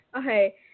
okay